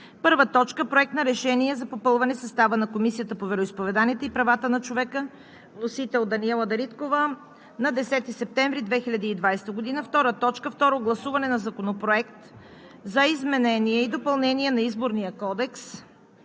2020 г.: 1. Проект на решение за попълване състава на Комисията по вероизповеданията и правата на човека. Вносител – Даниела Дариткова на 10 септември 2020 г. 2. Второ гласуване на Законопроекта за изменение и допълнение на Изборния кодекс.